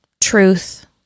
truth